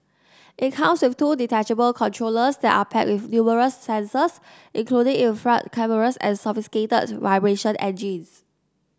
it comes with two detachable controllers that are packed with numerous sensors including infrared cameras and sophisticated vibration engines